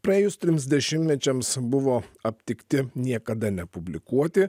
praėjus trims dešimtmečiams buvo aptikti niekada nepublikuoti